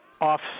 off